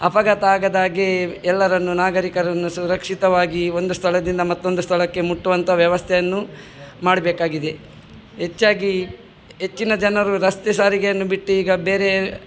ಅಪಘಾತ ಆಗದಾಗೆ ಎಲ್ಲರನ್ನು ನಾಗರಿಕರನ್ನು ಸುರಕ್ಷಿತವಾಗಿ ಒಂದು ಸ್ಥಳದಿಂದ ಮತ್ತೊಂದು ಸ್ಥಳಕ್ಕೆ ಮುಟ್ಟುವಂತ ವ್ಯವಸ್ಥೆಯನ್ನು ಮಾಡಬೇಕಾಗಿದೆ ಹೆಚ್ಚಾಗಿ ಹೆಚ್ಚಿನ ಜನರು ರಸ್ತೆಸಾರಿಗೆಯನ್ನು ಬಿಟ್ಟು ಈಗ ಬೇರೆ